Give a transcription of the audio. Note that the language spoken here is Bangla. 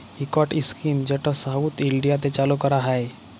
ইকট ইস্কিম যেট সাউথ ইলডিয়াতে চালু ক্যরা হ্যয়